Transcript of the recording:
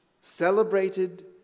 celebrated